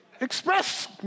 Express